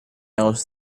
else